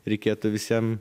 reikėtų visiem